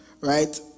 right